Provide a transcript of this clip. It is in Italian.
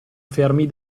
fermi